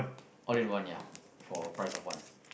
all in one ya for price of one